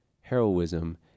heroism